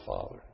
father